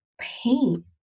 paint